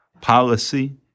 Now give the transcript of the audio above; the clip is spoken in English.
Policy